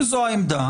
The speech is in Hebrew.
אם זו העמדה,